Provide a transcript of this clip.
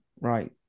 Right